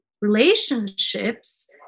relationships